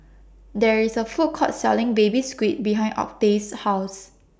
There IS A Food Court Selling Baby Squid behind Octave's House